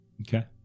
okay